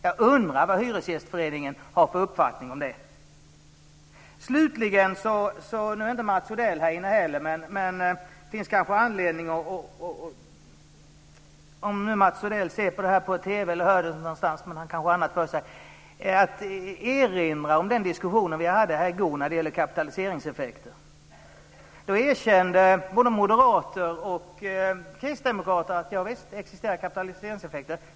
Jag undrar vad Hyresgästföreningen har för uppfattning om det. Mats Odell är inte heller här inne, men det kanske finns anledning, om Mats Odell ser på TV eller hör detta någonstans - men han kanske har annat för sig - att erinra om den diskussion vi hade i går om kapitaliseringseffekter. Då erkände både moderater och kristdemokrater att det existerar kapitaliseringseffekter.